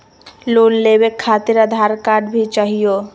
Loan लेवे खातिरआधार card भी चाहियो?